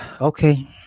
Okay